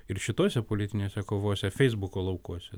ir šitose politinėse kovose feisbuko laukuose